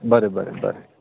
बरें बरें बरें